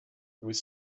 was